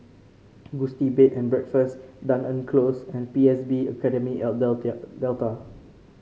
Gusti Bed and Breakfast Dunearn Close and P S B Academy at Delta